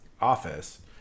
office